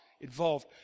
involved